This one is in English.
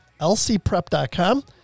LCPrep.com